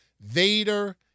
Vader